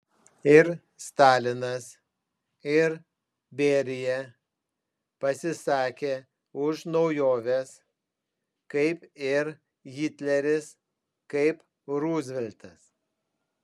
ir stalinas ir berija pasisakė už naujoves kaip ir hitleris kaip ruzveltas